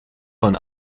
von